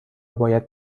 باید